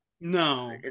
No